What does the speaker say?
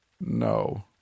No